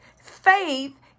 Faith